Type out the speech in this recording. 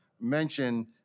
mention